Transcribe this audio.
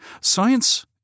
science